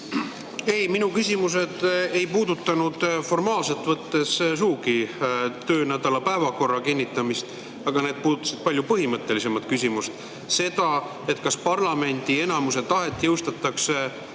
Minu küsimused ei puudutanud formaalselt võttes tõesti töönädala päevakorra kinnitamist, aga need puudutasid palju põhimõttelisemat küsimust: seda, kas parlamendi enamuse tahet jõustatakse